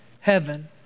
heaven